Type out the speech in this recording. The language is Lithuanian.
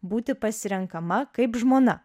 būti pasirenkama kaip žmona